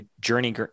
journey